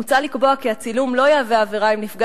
מוצע לקבוע כי הצילום לא יהווה עבירה אם נפגע